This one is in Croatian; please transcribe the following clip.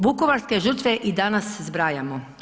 Vukovarske žrtve i danas zbrajamo.